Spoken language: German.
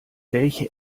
welche